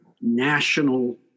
national